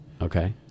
Okay